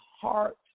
heart